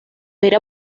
era